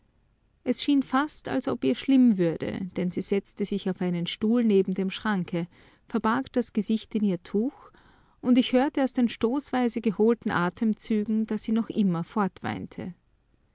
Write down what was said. es schien fast als ob ihr schlimm würde denn sie setzte sich auf einen stuhl neben dem schranke verbarg das gesicht in ihr tuch und ich hörte aus den stoßweise geholten atemzügen daß sie noch immer